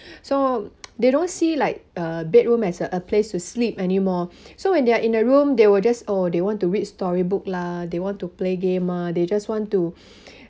so they don't see like a bedroom as a place to sleep anymore so when they're in a room they will just oh they want to read storybook lah they want to play game ah they just want to